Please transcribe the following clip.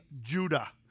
Judah